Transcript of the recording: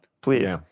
please